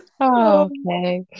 Okay